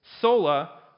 sola